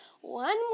one